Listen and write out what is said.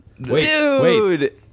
Dude